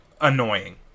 annoying